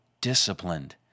disciplined